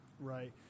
Right